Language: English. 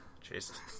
Jesus